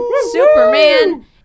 Superman